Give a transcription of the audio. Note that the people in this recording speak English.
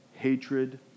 Hatred